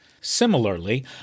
Similarly